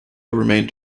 remained